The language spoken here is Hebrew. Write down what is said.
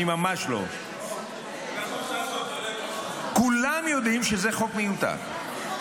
אני ממש לא: כולם יודעים שזה חוק מיותר.